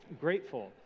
grateful